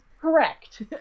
correct